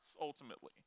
ultimately